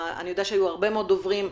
אני יודעת שהיו הרבה מאוד דוברים.